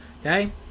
okay